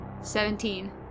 Seventeen